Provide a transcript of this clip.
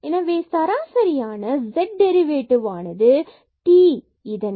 எனவே சராசரியான z derivative ஆனது t